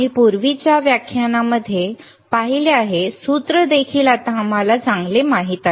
आम्ही पूर्वीच्या व्याख्यानांमध्ये पाहिले आहे सूत्र देखील आता आम्हाला चांगले माहित आहे